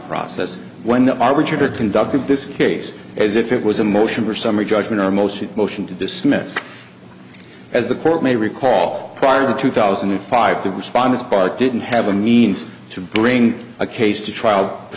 process when the arbitrator conducted this case as if it was a motion for summary judgment or motion motion to dismiss as the court may recall prior to two thousand and five to respond as part didn't have a means to bring a case to trial